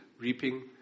reaping